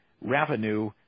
revenue